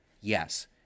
Yes